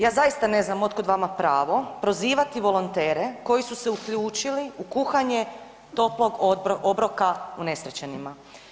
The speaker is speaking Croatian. Ja zaista ne znam od kud vama pravo prozivati volontere koji su se uključili u kuhanje toplog obroka unesrećenima.